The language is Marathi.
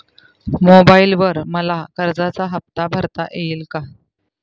मोबाइलवर मला कर्जाचा हफ्ता भरता येईल का?